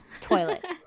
toilet